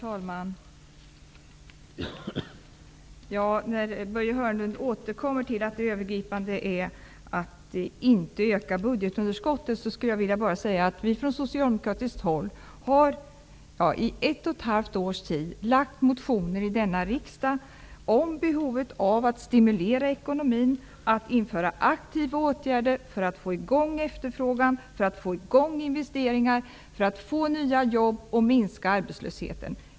Herr talman! Börje Hörnlund återkommer till att det övergripande är att inte öka budgetunderskottet. Då vill jag bara säga att vi från socialdemokratiskt håll i ett och ett halvt års tid har lagt motioner i denna riksdag om behovet av att stimulera ekonomin, att införa aktiva åtgärder för att få i gång efterfrågan och för att få i gång investeringar för att få nya jobb och därigenom minska arbetslösheten.